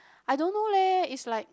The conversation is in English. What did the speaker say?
I don't know leh is like